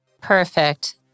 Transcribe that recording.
Perfect